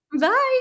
Bye